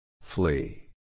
Flee